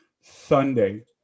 Sunday